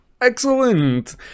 Excellent